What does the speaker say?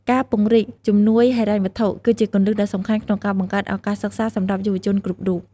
ការពង្រីកជំនួយហិរញ្ញវត្ថុ គឺជាគន្លឹះដ៏សំខាន់ក្នុងការបង្កើតឱកាសសិក្សាសម្រាប់យុវជនគ្រប់រូប។